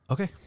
Okay